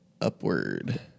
upward